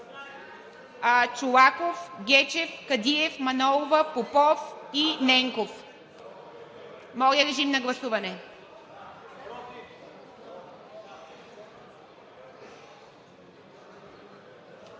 Чолаков, Гечев, Кадиев, Манолова, Попов и Ненков. Моля, режим на гласуване.